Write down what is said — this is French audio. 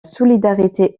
solidarité